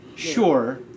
Sure